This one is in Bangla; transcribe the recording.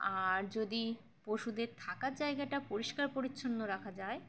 আর যদি পশুদের থাকার জায়গাটা পরিষ্কার পরিচ্ছন্ন রাখা যায়